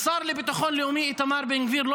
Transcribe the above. והשר לביטחון לאומי איתמר בן גביר לא